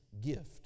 gift